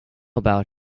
about